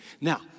Now